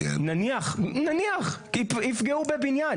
נניח, יפגעו בבניין.